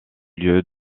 lieu